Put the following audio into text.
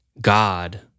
God